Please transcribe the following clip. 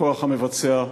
בכוח המבצע,